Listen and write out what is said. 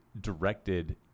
directed